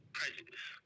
prejudice